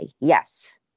yes